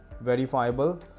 verifiable